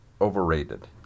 overrated